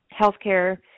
healthcare –